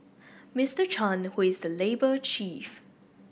Mister Chan who is the labour chief